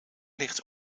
licht